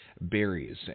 berries